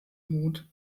mond